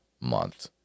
month